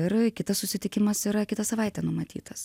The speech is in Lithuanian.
ir kitas susitikimas yra kitą savaitę numatytas